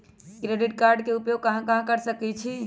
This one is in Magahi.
क्रेडिट कार्ड के उपयोग कहां कहां कर सकईछी?